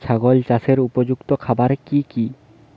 ছাগল চাষের উপযুক্ত খাবার কি কি?